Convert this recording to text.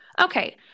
Okay